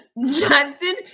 Justin